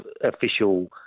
official